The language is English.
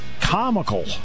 comical